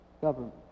government